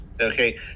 okay